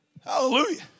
Hallelujah